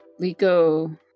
Liko